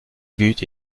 but